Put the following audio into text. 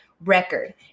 record